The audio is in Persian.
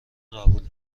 قبوله